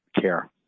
care